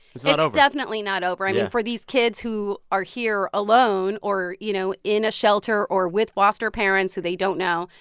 it's not over it's definitely not over. and for these kids who are here alone or, you know, in a shelter or with foster parents who they don't know,